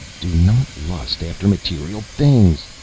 do not lust after material things,